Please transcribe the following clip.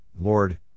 Lord